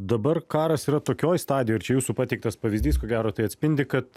dabar karas yra tokioj stadijoj ir čia jūsų pateiktas pavyzdys ko gero tai atspindi kad